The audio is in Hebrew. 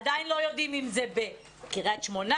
עדין לא יודעים אם זה בקריית שמונה?